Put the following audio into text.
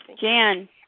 Jan